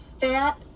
fat